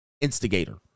instigator